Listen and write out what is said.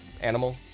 animal